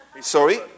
Sorry